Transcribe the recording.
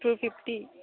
two fifty